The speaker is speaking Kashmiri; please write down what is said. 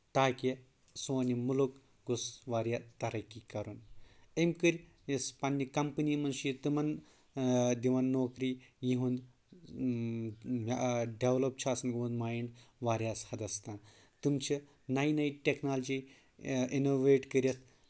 تاکہِ سون یہِ مُلک گوٚژھ واریاہ ترقی کرُن أمۍ کٔرۍ یُس پنٕنہِ کَمپنی منٛز چھِ یہِ تِمن دِوان نوکری یِہُنٛد ڈیولپ چھُ آسان گوٚمُت ماینٛڈ واریاہ حدس تانۍ تِم چھِ نَوَ نَوِ ٹیکنالجی اِنویٹ کٔرِتھ